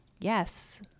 yes